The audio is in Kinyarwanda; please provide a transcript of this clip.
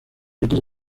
yagize